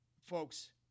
folks